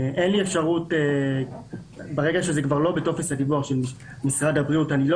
ברגע שזה כבר לא בטופס הדיווח של משרד הבריאות אני לא